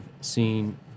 seen